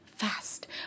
fast